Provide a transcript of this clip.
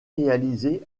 réalisé